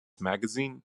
magazine